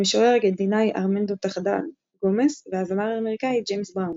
המשורר הארגנטינאי ארמנדו טחאדה גומס והזמר האמריקאי ג'יימס בראון.